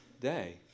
day